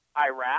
Iraq